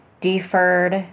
deferred